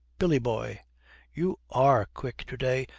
billy boy you are quick to-day.